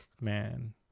man